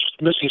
missing